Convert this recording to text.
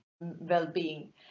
well-being